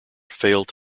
failed